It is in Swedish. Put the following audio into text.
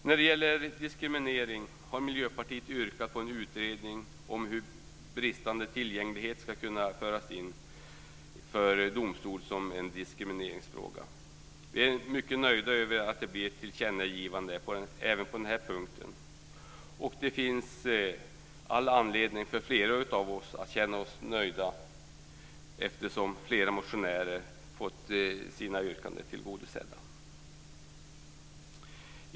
När det gäller diskriminering har Miljöpartiet yrkat på en utredning om hur bristande tillgänglighet ska kunna föras inför domstol som en diskrimineringsfråga. Vi är mycket nöjda över att det blir ett tillkännagivande även på den här punkten, och det finns all anledning för flera av oss att känna oss nöjda eftersom flera motionärer fått sina yrkanden tillgodosedda.